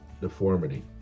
deformity